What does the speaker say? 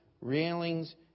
railings